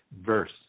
verse